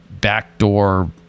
backdoor